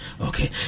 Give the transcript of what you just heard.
okay